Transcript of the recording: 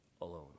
alone